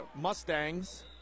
Mustangs